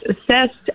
assessed